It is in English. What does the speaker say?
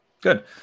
Good